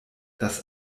das